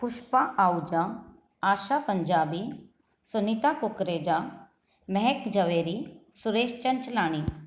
Pushpa Ahuja Asha Punjabi Sunita Kukreja Mahak Javeri Suresh Chanchlani